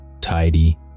tidy